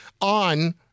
on